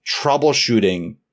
troubleshooting